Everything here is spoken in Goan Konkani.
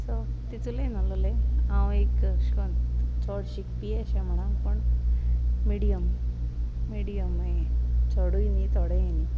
सो तितूलेय नासलोले हांव एक ऐश कन्न चोड शिकपी अशें म्हणून पूण मिडयम मिडयम हें चोडूय न्ही थोडेंय न्ही